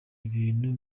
ibintu